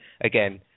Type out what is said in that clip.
again